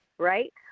Right